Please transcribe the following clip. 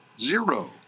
Zero